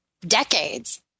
decades